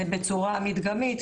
בצורה מדגמית,